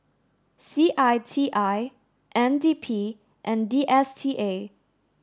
C I T I N D P and D S T A